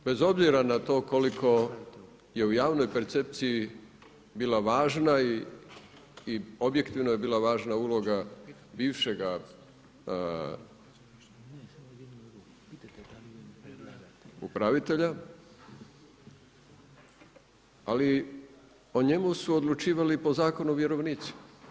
Drugo, bez obzira na to koliko je u javnoj percepciji bila važna i objektivno je bila važna uloga bivšega upravitelja, ali o njemu su odlučivali po Zakonu vjerovnici.